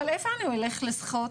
אבל איפה שאני אלך לשחות?